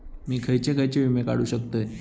मी खयचे खयचे विमे काढू शकतय?